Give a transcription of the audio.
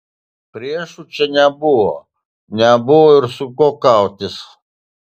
priešų čia nebuvo nebuvo ir su kuo kautis